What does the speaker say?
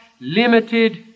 limited